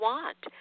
Want